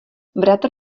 bratr